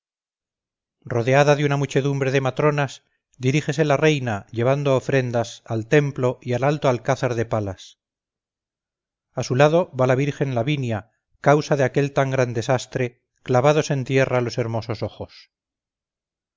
rodeada de una muchedumbre de matronas dirígese la reina llevando ofrendas al templo y al alto alcázar de palas a su lado va la virgen lavinia causa de aquel tan gran desastre clavados en tierra los hermosos ojos